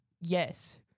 yes